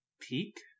peak